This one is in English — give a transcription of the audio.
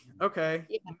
okay